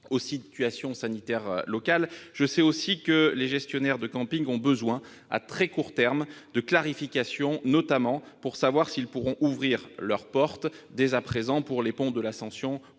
aux situations sanitaires locales. Mais je sais aussi que les gestionnaires de campings ont besoin, à très court terme, de clarifications, notamment pour savoir s'ils pourront rouvrir leurs portes dès à présent, pour les ponts de l'Ascension et